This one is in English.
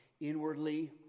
Inwardly